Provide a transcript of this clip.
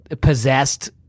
possessed